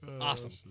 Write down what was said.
Awesome